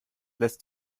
lässt